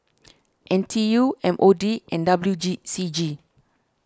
N T U M O D and W C G